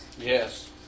Yes